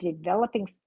developing